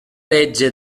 legge